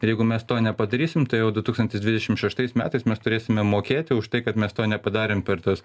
jeigu mes to nepadarysim tai jau du tūkstančiai dvidešimt šeštais metais mes turėsime mokėti už tai kad mes to nepadarėm per tuos